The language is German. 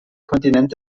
kontinent